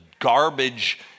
garbage